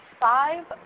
five